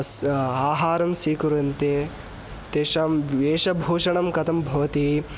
स्वयम् आहारं स्वीकुर्वन्ते तेषां वेशभूषणं कथं भवति